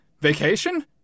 vacation